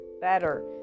better